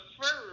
first